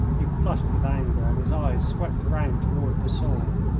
he flushed with anger and his eyes swept round toward the saw.